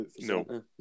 No